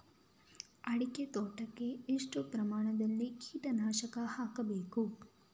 ಅಡಿಕೆ ತೋಟಕ್ಕೆ ಎಷ್ಟು ಪ್ರಮಾಣದಲ್ಲಿ ಕೀಟನಾಶಕ ಹಾಕಬೇಕು?